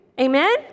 Amen